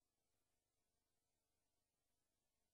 במהלך